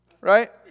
right